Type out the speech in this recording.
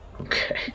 Okay